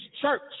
church